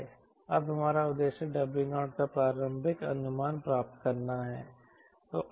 अब हमारा उद्देश्य 𝑊0 का प्रारंभिक अनुमान प्राप्त करना है